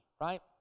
right